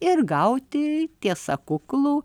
ir gauti tiesa kuklų